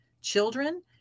children